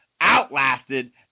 outlasted